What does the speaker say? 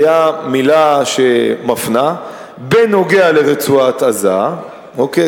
היתה מלה שמפנה, בעניין רצועת-עזה, אוקיי?